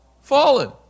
Fallen